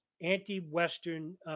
anti-Western